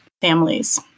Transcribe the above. families